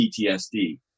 PTSD